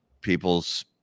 people's